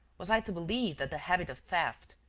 was i to believe that the habit of theft,